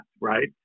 right